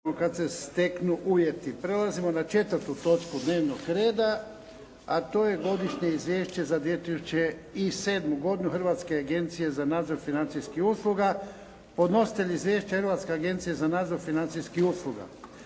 Ivan (HDZ)** Prelazimo na 4. točku dnevnog reda a to je - Godišnje izvješće za 2007. Hrvatske agencije za nadzor financijskih usluga Podnositelj izvješća je Hrvatska agencija za nadzor financijskih usluga.